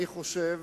אני חושב,